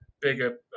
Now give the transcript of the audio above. bigger